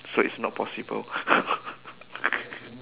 so it's not possible